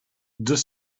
deux